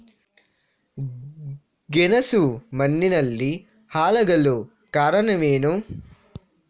ಗೆಣಸು ಮಣ್ಣಿನಲ್ಲಿ ಹಾಳಾಗಲು ಕಾರಣವೇನು?